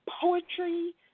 Poetry